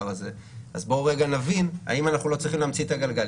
הזה אז בואו נבין האם אנחנו לא צריכים להמציא את הגלגל.